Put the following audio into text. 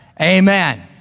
Amen